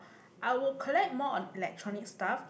I would collect more on electronics stuff